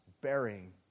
bearing